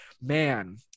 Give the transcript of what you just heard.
man